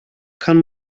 kann